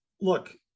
Look